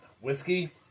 whiskey